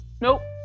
nope